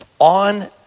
on